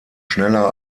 schneller